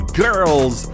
girls